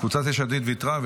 קבוצת יש עתיד ויתרה,